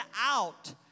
out